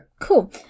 Cool